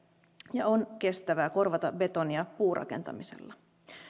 ja on kestävää korvata betonia puurakentamisella